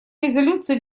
резолюции